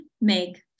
make